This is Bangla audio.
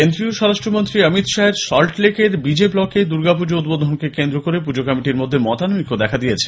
কেন্দ্রীয় স্বরাষ্ট্রমন্ত্রী অমিত শাহের সল্টলেকের বি জে ব্লকে দুর্গোপুজো উদ্বোধনকে কেন্দ্র করে পুজো কমিটির মধ্যে মতানৈক্য দেখা দিয়েছে